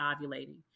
ovulating